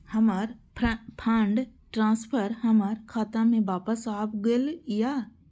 हमर fund transfer हमर खाता में वापस आब गेल या